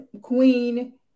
Queen